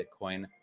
Bitcoin